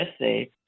essay